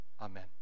amen